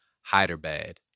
Hyderabad